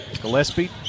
Gillespie